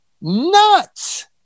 nuts